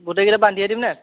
গোটেই কেইটা বান্ধিয়ে দিম নে